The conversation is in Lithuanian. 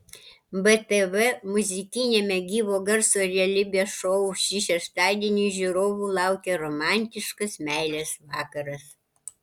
btv muzikiniame gyvo garso realybės šou šį šeštadienį žiūrovų laukia romantiškas meilės vakaras